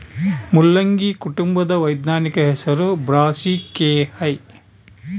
ಮುಲ್ಲಂಗಿ ಕುಟುಂಬದ ವೈಜ್ಞಾನಿಕ ಹೆಸರು ಬ್ರಾಸಿಕೆಐ